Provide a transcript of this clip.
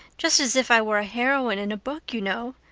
just as if i were a heroine in a book, you know.